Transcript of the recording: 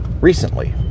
recently